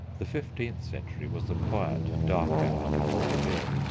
the fifteenth century was the quiet dark hour before the dawn.